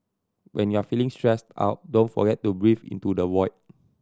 when you are feeling stressed out don't forget to breathe into the void